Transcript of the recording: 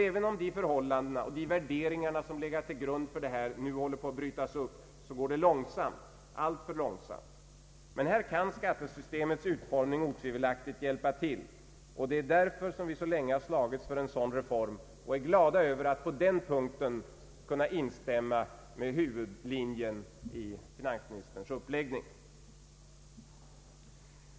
även om dessa förhållanden och de värderingar som Iegat till grund för dem, nu håller på att brytas upp, så går det långsamt, alltför långsamt. Här kan skattesystemets utformningotvivelaktigt hjälpa till. Det är också därför som folkpartiet så länge har slagits för en sådan reform och som vi nu är glada över att på den punkten kunna instämma i huvudlinjen i finansministerns uppläggning.